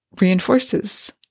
reinforces